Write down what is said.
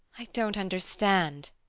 i don't understand.